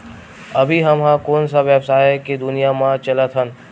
अभी हम ह कोन सा व्यवसाय के दुनिया म चलत हन?